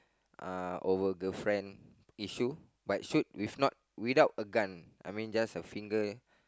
uh over girlfriend issue but shoot with not without a gun I mean just a finger